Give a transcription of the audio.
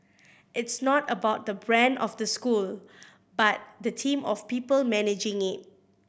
it's not about the brand of the school but the team of people managing it